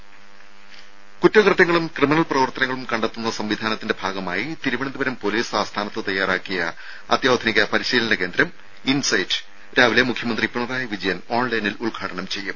രുര കുറ്റകൃത്യങ്ങളും ക്രിമിനൽ പ്രവർത്തനങ്ങളും കണ്ടെത്തുന്ന സംവിധാനത്തിന്റെ ഭാഗമായി തിരുവനന്തപുരം പൊലീസ് ആസ്ഥാനത്ത് തയ്യാറാക്കിയ അത്യാധുനിക പരിശീലന കേന്ദ്രം ഇൻസൈറ്റ് രാവിലെ മുഖ്യമന്ത്രി പിണറായി വിജയൻ ഓൺലൈനിൽ ഉദ്ഘാടനം ചെയ്യും